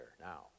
now